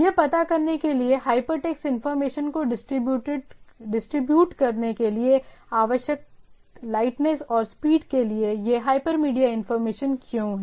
यह पता करने के लिए हाइपरटेक्स्ट इंफॉर्मेशन को डिस्ट्रीब्यूट करने के लिए आवश्यक लाइटनेस और स्पीड के लिए यह हाइपरमीडिया इंफॉर्मेशन क्यों है